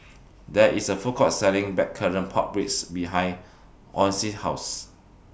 There IS A Food Court Selling Blackcurrant Pork Ribs behind Ocie House